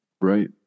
Right